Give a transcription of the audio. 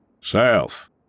South